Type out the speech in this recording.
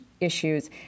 issues